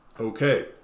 okay